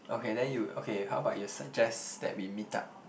okay then you okay how about you suggest that we meet up